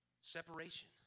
separation